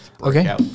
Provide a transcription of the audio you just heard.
Okay